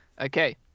Okay